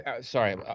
sorry